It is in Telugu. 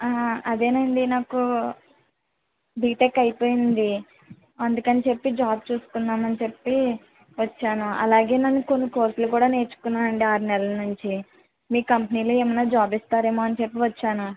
ఆ అదేనండి నాకు బిటెక్ అయిపోయింది అందుకని చెప్పి జాబ్ చూసుకుందామని చెప్పి వచ్చాను అలాగే నేను కొన్ని కోర్సులు కూడా నేర్చుకున్నానండి ఆరు నెలల నుంచి మీ కంపెనీలో ఎమన్నా జాబ్ ఇస్తారేమో అని చెప్పి వచ్చాను